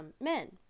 men